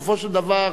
בסופו של דבר,